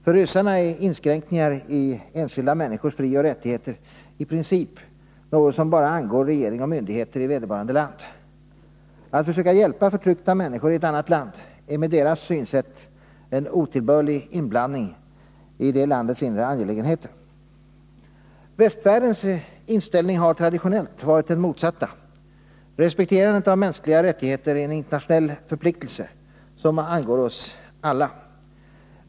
För ryssarna är inskränkningar i enskilda människors frioch rättigheter i princip något som bara angår regering och myndigheter i vederbörande land. Att försöka hjälpa förtryckta människor i ett annat land är med deras synsätt en otillbörlig inblandning i det landets inre angelägenheter. Västvärldens inställning har traditionellt varit den motsatta: respekterandet av mänskliga rättigheter är en internationell förpliktelse som angår oss alla.